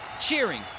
cheering